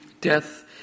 Death